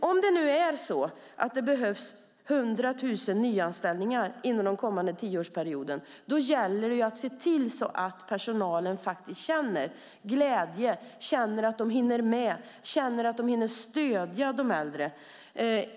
Om det nu är så att det behövs 100 000 nyanställningar inom den kommande tioårsperioden gäller det att se till att personalen känner glädje, känner att de hinner med, känner att de hinner stödja de äldre.